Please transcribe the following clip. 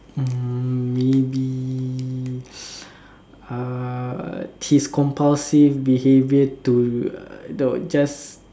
mm maybe uh his compulsive behaviour to the just